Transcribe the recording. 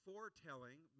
Foretelling